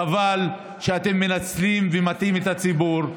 חבל שאתם מנצלים ומטעים את הציבור,